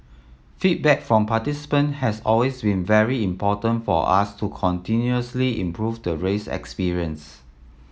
feedback from participant has always been very important for us to continuously improve the race experience